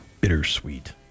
bittersweet